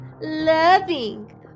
loving